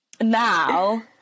now